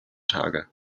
tage